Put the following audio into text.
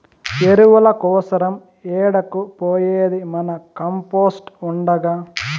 ఎరువుల కోసరం ఏడకు పోయేది మన కంపోస్ట్ ఉండగా